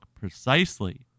precisely